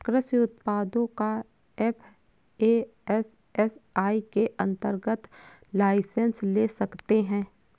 कृषि उत्पादों का एफ.ए.एस.एस.आई के अंतर्गत लाइसेंस ले सकते हैं